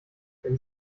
wenn